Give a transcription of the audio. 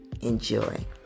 Enjoy